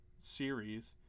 series